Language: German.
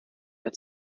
der